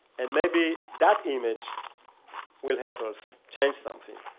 and maybe that image will help us change something.